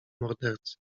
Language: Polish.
mordercy